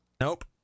nope